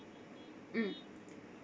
mm